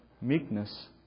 meekness